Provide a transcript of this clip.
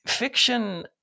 Fiction